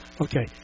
Okay